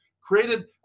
created